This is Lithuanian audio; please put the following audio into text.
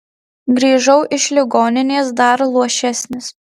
grįžau iš ligoninės dar luošesnis